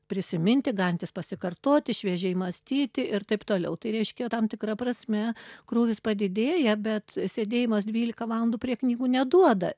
prisiminti galintis pasikartoti šviežiai mąstyti ir taip toliau tai reiškia tam tikra prasme krūvis padidėja bet sėdėjimas dvylika valandų prie knygų neduoda